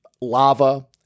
lava